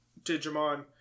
Digimon